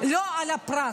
לא על הפרט.